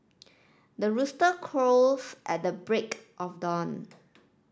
the rooster crows at the break of dawn